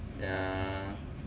yeah